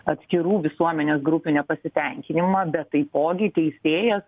atskirų visuomenės grupių nepasitenkinimą bet taipogi teisėjas